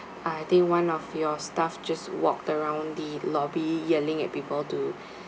I think one of your staff just walked around the lobby yelling at people to